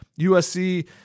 USC